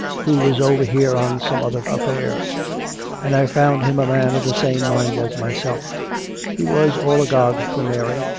who was over here on some other affair and i found him a man of the same mind as myself he was all agog for mary,